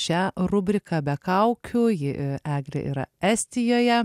šią rubriką be kaukių ji eglė yra estijoje